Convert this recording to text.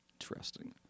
Interesting